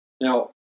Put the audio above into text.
Now